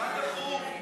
מה דחוף?